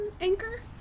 anchor